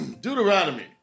Deuteronomy